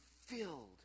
filled